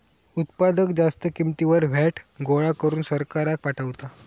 उत्पादक जास्त किंमतीवर व्हॅट गोळा करून सरकाराक पाठवता